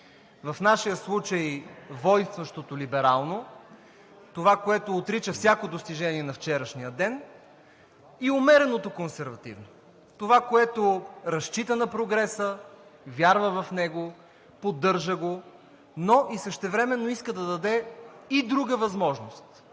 В нашия случай е войнстващото либерално – това, което отрича всяко достижение на вчерашния ден, и умереното консервативно – това, което разчита на прогреса, вярва в него, поддържа го, но същевременно иска да даде и друга възможност,